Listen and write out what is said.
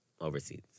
Overseas